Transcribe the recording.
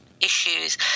issues